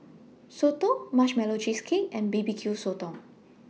Soto Marshmallow Cheesecake and B B Q Sotong